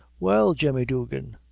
well, jemmy duggan,